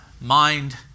Mind